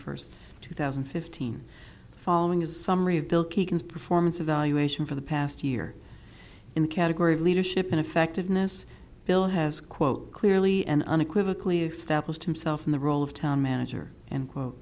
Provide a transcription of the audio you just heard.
first two thousand and fifteen the following is a summary of bill kagan's performance evaluation for the past year in the category of leadership ineffectiveness bill has quote clearly and unequivocally established himself in the role of town manager and quote